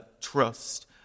trust